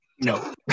No